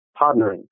partnering